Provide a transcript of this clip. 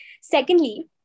Secondly